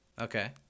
Okay